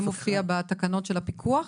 זה מופיע בתקנות של הפיקוח?